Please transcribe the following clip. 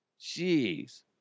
Jeez